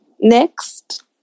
Next